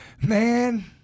Man